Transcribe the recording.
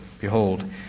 Behold